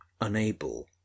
unable